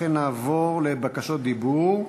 לכן נעבור לבקשות דיבור.